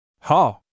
Ha